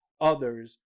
others